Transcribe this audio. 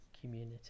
community